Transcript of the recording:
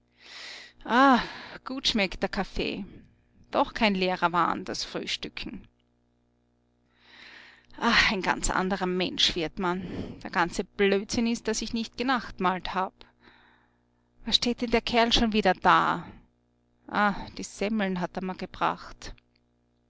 gut schmeckt der kaffee doch kein leerer wahn das frühstücken ah ein ganz anderer mensch wird man der ganze blödsinn ist daß ich nicht genachtmahlt hab was steht denn der kerl schon wieder da ah die semmeln hat er mir gebracht